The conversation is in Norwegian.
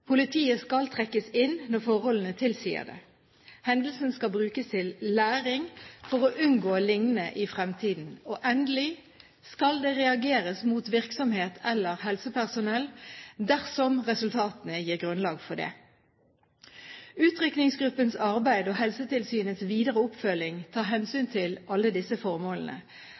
Politiet skal trekkes inn når forholdene tilsier det. Hendelsen skal brukes til læring for å unngå lignende i fremtiden. Og endelig skal det reageres mot virksomhet eller helsepersonell dersom resultatene gir grunnlag for det. Utrykningsgruppens arbeid og Helsetilsynets videre oppfølging tar hensyn til alle disse formålene.